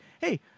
hey